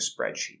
spreadsheet